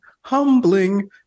humbling